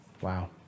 Wow